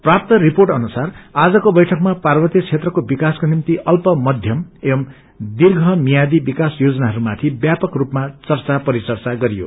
प्राप्त रिपोट अनुसार आजको बैठकमा पार्वत्य क्षेत्रको विकासको निम्ति अल्प माध्यम एवं दीर्घ मियादी विकास योजनाहरूमाथि व्यापक रूपमा चच्च परिचर्चा गरियो